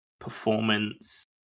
performance